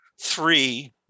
three